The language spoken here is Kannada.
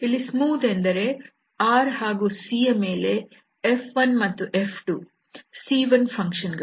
ಇಲ್ಲಿ ಸ್ಮೂತ್ ಎಂದರೆ R ಹಾಗೂ C ಯ ಮೇಲೆ F1 ಮತ್ತು F2 C1 ಫಂಕ್ಷನ್ ಗಳು